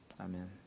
Amen